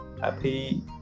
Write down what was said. Happy